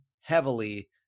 heavily